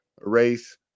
race